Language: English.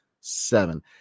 seven